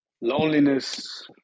Loneliness